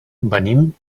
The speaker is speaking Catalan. venim